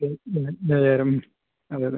ഇത് ഇത് ഏഴായിരം അതെ അതെ